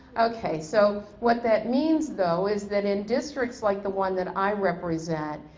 ok, so what that means though is that in districts like the one that i represent,